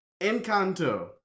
Encanto